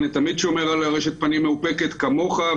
אני תמיד שומר על ארשת פנים מאופקת כמוך,